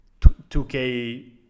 2K